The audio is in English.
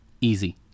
Easy